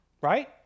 right